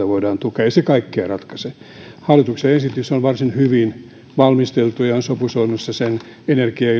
voidaan tukea ei se kaikkea ratkaise hallituksen esitys on varsin hyvin valmisteltu ja se on sopusoinnussa sen energia ja